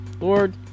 Lord